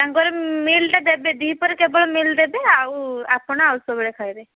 ସାଙ୍ଗରେ ମିଲ୍ଟା ଦେବେ ଦ୍ୱିପ୍ରହରରେ କେବଳ ମିଲ୍ ଦେବେ ଆଉ ଆପଣ ଆଉ ସବୁଗୁଡ଼ା ଖାଇବେ